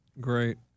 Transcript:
Great